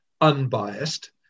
unbiased